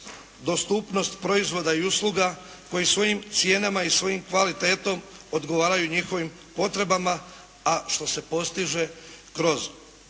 dostupnost proizvoda i usluga koji svojim cijenama i svojom kvalitetom odgovaraju njihovim potrebama, a što se postiže kroz